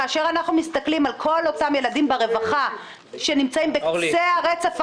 כאשר אנחנו מסתכלים על כל אותם ילדים ברווחה שנמצאים בקצה הרצף החברתי,